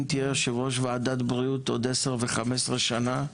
אם תהיה יושב ראש וועדת בריאות עוד עשר ו-15 שנה,